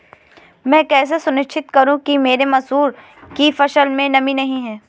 मैं कैसे सुनिश्चित करूँ कि मेरी मसूर की फसल में नमी नहीं है?